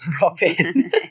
Robin